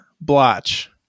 blotch